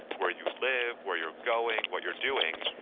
where you live, where you're going, what you're doing,